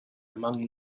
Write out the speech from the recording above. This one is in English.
among